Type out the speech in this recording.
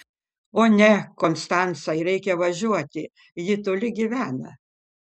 o ne konstancai reikia važiuoti ji toli gyvena